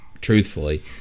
truthfully